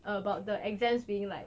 about the exams being like